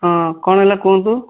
ହଁ କ'ଣ ହେଲା କୁହନ୍ତୁ